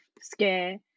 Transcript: scare